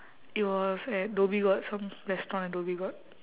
it was at dhoby ghaut some restaurant at dhoby ghaut